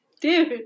dude